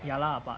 ya lah but